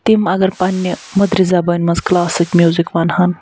تِم اگر پَننہِ مٔدرِ زبانہ مَنٛز کلاسک میوزِک وَنہَن